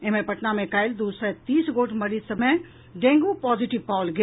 एम्हर पटना मे काल्हि दू सय तीस गोट मरीज सभ मे डेंगू पॉजिटीव पाओल गेल